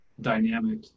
dynamic